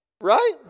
Right